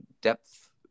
depth